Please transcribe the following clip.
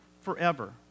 forever